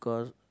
bacause